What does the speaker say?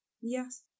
Yes